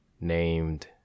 Named